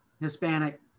Hispanic